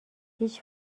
هیچ